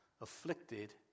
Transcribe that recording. afflicted